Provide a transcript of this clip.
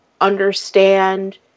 understand